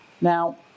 Now